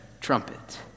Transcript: trumpet